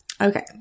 Okay